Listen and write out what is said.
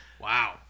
Wow